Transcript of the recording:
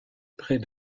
près